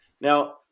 now